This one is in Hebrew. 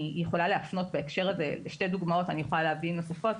אני יכולה להפנות בהקשר הזה לשתי דוגמאות ואני יכולה להביא נוספות: